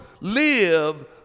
live